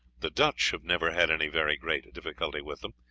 the dutch have never had any very great difficulty with them,